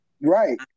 Right